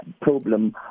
problem